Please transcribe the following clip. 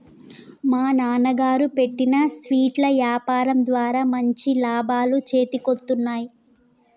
మా నాన్నగారు పెట్టిన స్వీట్ల యాపారం ద్వారా మంచి లాభాలు చేతికొత్తన్నయ్